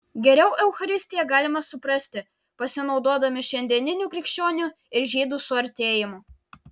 geriau eucharistiją galime suprasti pasinaudodami šiandieniniu krikščionių ir žydų suartėjimu